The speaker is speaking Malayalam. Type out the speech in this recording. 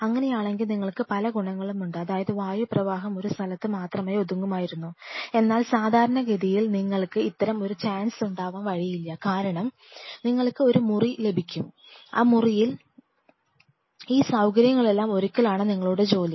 അങ്ങനെയാണെങ്കിൽ നിങ്ങൾക്ക് പല ഗുണങ്ങളുമുണ്ട് അതായത് വായു പ്രവാഹം ഒരു സ്ഥലത്ത് മാത്രമായി ഒതുങ്ങുമായിരുന്നു എന്നാൽ സാധാരണഗതിയിൽ നിങ്ങൾക്ക് അത്തരം ഒരു ചാൻസ് ഉണ്ടാവാൻ വഴിയില്ല കാരണം നിങ്ങൾക്ക് ഒരു മുറിയിൽ ലഭിക്കും ആ മുറിയിൽ ഈ സൌകര്യങ്ങളെല്ലാം ഒരുക്കലാണ് നിങ്ങളുടെ ജോലി